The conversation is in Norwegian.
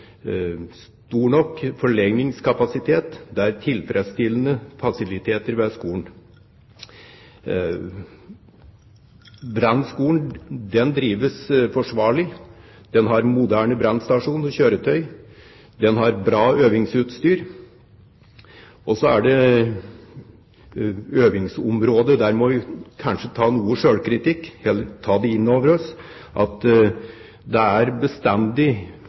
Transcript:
tilfredsstillende fasiliteter ved skolen. Brannskolen drives forsvarlig. Den har moderne brannstasjon og kjøretøy, den har bra øvingsutstyr. Når det gjelder øvingsområdet, må vi kanskje ta noe selvkritikk, og vi må ta inn over oss at det bestandig i et lokale hvor det er